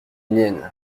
miennes